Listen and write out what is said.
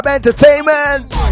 Entertainment